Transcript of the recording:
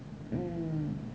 hmm